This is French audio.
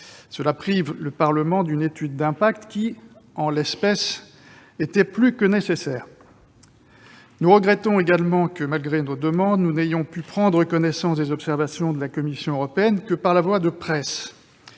voie prive le Parlement d'une étude d'impact qui, en l'espèce, était plus que nécessaire. Nous regrettons également que, malgré nos demandes, nous n'ayons pu prendre connaissance des observations de la Commission européenne que par voie de presse.